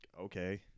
okay